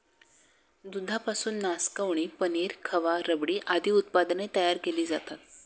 दुधापासून नासकवणी, पनीर, खवा, रबडी आदी उत्पादने तयार केली जातात